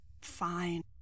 Fine